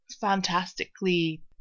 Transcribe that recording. Fantastically